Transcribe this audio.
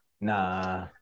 Nah